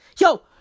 Yo